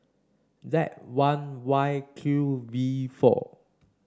Z one Y Q V four